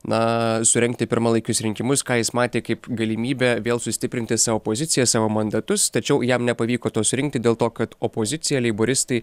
na surengti pirmalaikius rinkimus ką jis matė kaip galimybę vėl sustiprinti savo pozicijas savo mandatus tačiau jam nepavyko to surinkti dėl to kad opozicija leiboristai